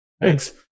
Thanks